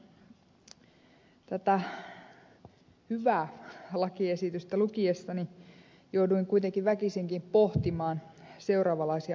tätä hyvää lakiesitystä lukiessani jouduin kuitenkin väkisinkin pohtimaan seuraavanlaisia asioita